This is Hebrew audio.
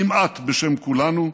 כמעט בשם כולנו,